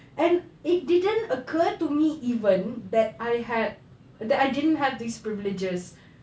and it didn't occur to me even that I had that I didn't have this privileges